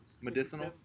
Medicinal